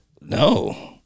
no